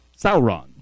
Sauron